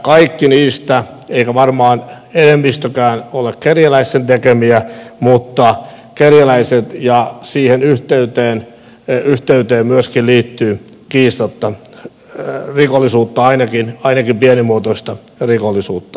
kaikki niistä eivät ole eikä varmaan enemmistökään kerjäläisten tekemiä mutta kerjäläisiin ja siihen yhteyteen liittyy kiistatta myöskin rikollisuutta ainakin pienimuotoista rikollisuutta